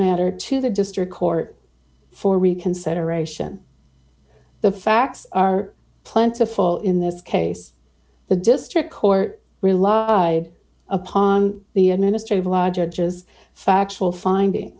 matter to the district court for reconsideration the facts are plentiful in this case the district court rely upon the administrative law judge as factual finding